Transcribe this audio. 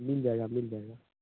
मिल जाएगा मिल जाएगा